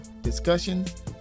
discussions